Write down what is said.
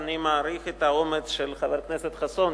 אני מעריך את האומץ של חבר הכנסת חסון.